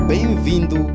Bem-vindo